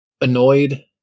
annoyed